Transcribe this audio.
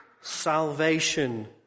Salvation